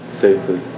Safely